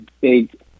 big